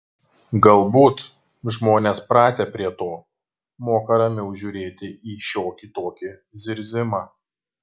galbūt žmonės pratę prie to moka ramiau žiūrėti į šiokį tokį zirzimą